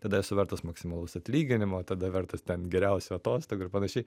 tada esu vertas maksimalaus atlyginimo tada vertas ten geriausių atostogų ir panašiai